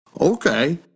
Okay